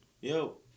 Yo